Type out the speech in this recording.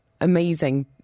amazing